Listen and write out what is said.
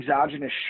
exogenous